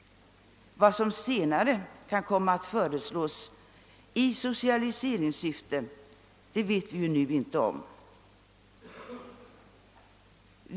Vad som framdeles kan komma att föreslås i socialiseringssyfte vet vi nu ingenting om.